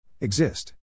Exist